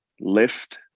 lift